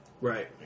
Right